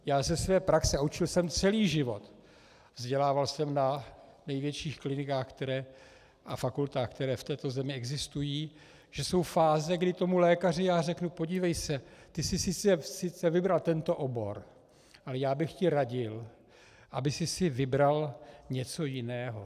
Já ze své praxe a učil jsem celý život, vzdělával jsem na největších klinikách a fakultách, které v této zemi existují, že jsou fáze, kdy tomu lékaři já řeknu: podívej se, ty sis sice vybral tento obor, ale já bych ti radil, aby sis vybral něco jiného.